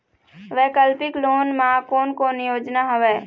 वैकल्पिक लोन मा कोन कोन योजना हवए?